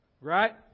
right